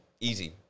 easy